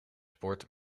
sport